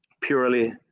purely